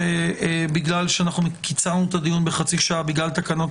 שבגלל שקיצרנו את הדיון בחצי שעה בגלל תקנות